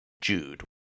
Jude